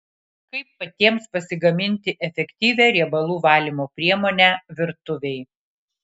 kaip patiems pasigaminti efektyvią riebalų valymo priemonę virtuvei